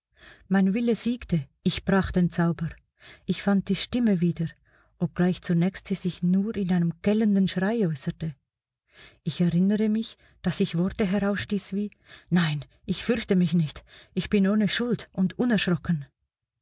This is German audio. mein wille siegte ich brach den zauber ich fand die stimme wieder obgleich zunächst sie sich nur in einem gellenden schrei äußerte ich erinnere mich daß ich worte herausstieß wie nein ich fürchte mich nicht ich bin ohne schuld und unerschrocken